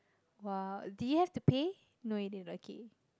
!wow! did he have to pay no he didn't okay